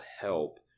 help